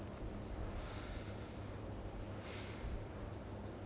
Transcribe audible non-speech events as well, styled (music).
(noise) (breath)